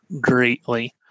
greatly